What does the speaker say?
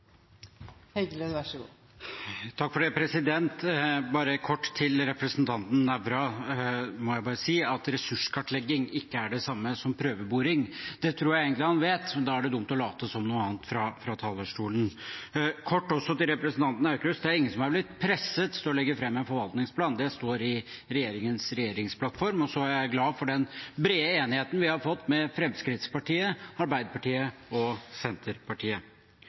det samme som prøveboring. Det tror jeg egentlig han vet, men da er det dumt å late som noe annet fra talerstolen. Kort også til representanten Aukrust: Det er ingen som er blitt presset til å legge fram en forvaltningsplan. Det står i regjeringens regjeringsplattform, og så er jeg glad for den brede enigheten vi har fått med Fremskrittspartiet, Arbeiderpartiet og Senterpartiet.